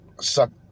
suck